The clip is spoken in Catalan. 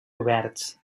oberts